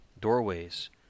doorways